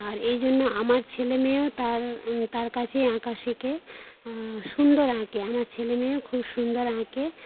আর এই জন্য আমার ছেলেমেয়েও তার তার কাছে আঁকা শেখে সুন্দর আঁকে আমার ছেলেমেয়েও খুব সুন্দর আঁকে